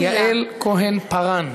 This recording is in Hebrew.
פּארן.